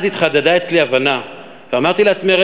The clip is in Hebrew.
אז התחדדה אצלי ההבנה ואמרתי לעצמי,